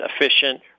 efficient